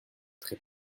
très